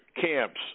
camps